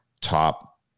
top